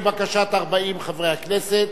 לבקשת 40 חברי הכנסת,